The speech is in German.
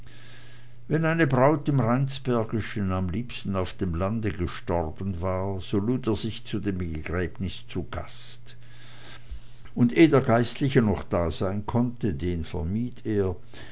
wenn eine braut im rheinsbergischen am liebsten auf dem lande gestorben war so lud er sich zu dem begräbnis zu gast und eh der geistliche noch dasein konnte den vermied er